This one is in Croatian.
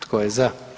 Tko je za?